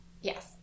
yes